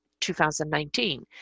2019